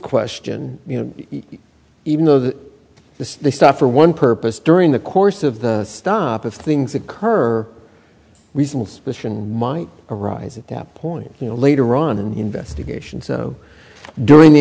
question you know even though that this stuff for one purpose during the course of the stop of things occur reasonable suspicion might arise at that point you know later on in the investigation so during the